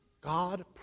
God